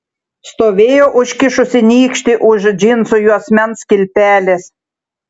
stovėjo užkišusi nykštį už džinsų juosmens kilpelės